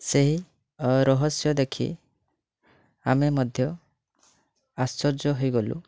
ସେହି ରହସ୍ୟ ଦେଖି ଆମେ ମଧ୍ୟ ଆଶ୍ଚର୍ଯ୍ୟ ହୋଇଗଲୁ